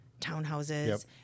townhouses